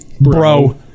Bro